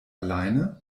alleine